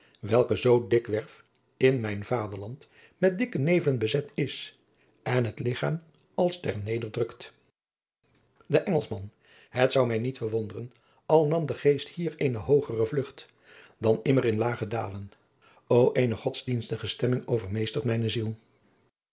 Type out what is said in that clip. maurits lijnslager werf in mijn vaderland met dikke nevelen bezet is en het ligchaam als ter nederdrukt de engelschman het zou mij niet verwonderen al nam de geest hier eene hoogere vlugt dan immer in lage dalen o eene godsdienstige stemming overmeestert mijne ziel